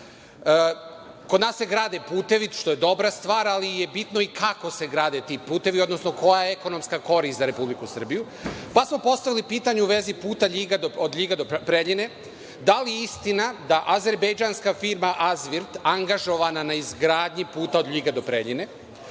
Kod nas se grade putevi, što je dobra stvar, ali je bitno i kako se grade ti putevi, odnosno koja je ekonomska korist za Republiku Srbiju, pa smo postavili pitanje u vezi puta od LJiga do Preljine, da li je istina da azerbejdžanska firma „Azvirt“ angažovana na izgradnji puta od LJiga do Preljine,